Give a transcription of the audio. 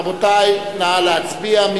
רבותי, נא להצביע.